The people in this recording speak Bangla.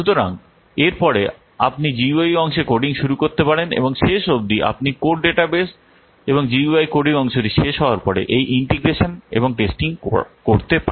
সুতরাং এরপরে আপনি জিইউআই অংশে কোডিং শুরু করতে পারেন এবং শেষ অবধি আপনি কোড ডাটাবেস এবং জিইউআই কোডিং অংশটি শেষ হওয়ার পরে এই ইন্টিগ্রেশন এবং টেস্টিং করতে পারেন